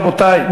רבותי,